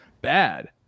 bad